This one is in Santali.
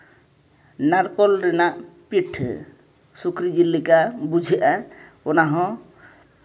ᱱᱟᱲᱠᱳᱞ ᱨᱮᱱᱟᱜ ᱯᱤᱴᱷᱟᱹ ᱥᱩᱠᱨᱤ ᱡᱤᱞ ᱞᱮᱠᱟ ᱵᱩᱡᱷᱟᱹᱜᱼᱟ ᱚᱱᱟᱦᱚᱸ